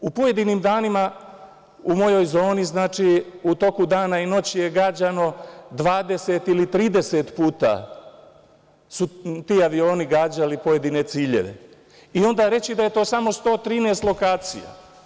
U pojedinim danima u mojoj zoni, znači, u toku dana i noći je gađano, 20 ili 30 puta su ti avioni gađali pojedine ciljeve i onda reći da je to samo 113 lokacija.